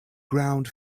ground